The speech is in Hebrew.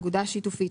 אגודה שיתופית,